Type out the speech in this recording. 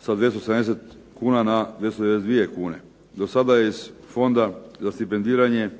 sa 270 kuna na 292 kune. Do sada je iz Fonda za stipendiranje